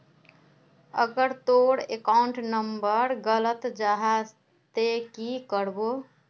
अगर तोर account number गलत जाहा ते की करबो?